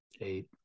eight